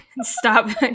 stop